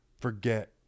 forget